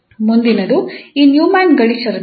ಮುಂದಿನದು ಈ ನ್ಯೂಮನ್ ಗಡಿ ಷರತ್ತಾಗಿದೆ